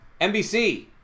NBC